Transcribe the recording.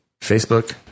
Facebook